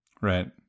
Right